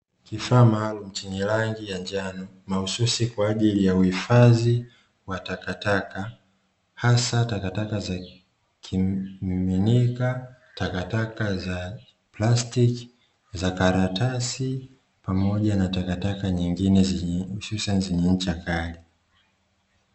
Kifaa maalumu chenye rangi ya njano, mahususi kwa ajili ya uhifadhi wa takataka hasa takataka za kimiminika, takataka za plastiki, karatasi pamoja na takataka zingine, hususani ni zenye ncha kali.